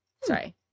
Sorry